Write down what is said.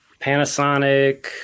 Panasonic